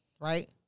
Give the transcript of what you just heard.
right